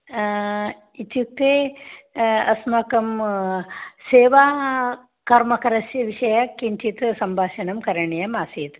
इत्युक्ते अस्माकं सेवाकर्मकरस्य विषये किञ्चित् सम्भाषणं करणीयम् आसीत्